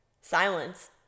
Silence